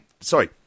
sorry